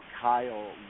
Kyle